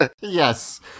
Yes